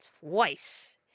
twice